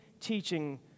teaching